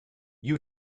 you